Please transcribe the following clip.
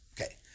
Okay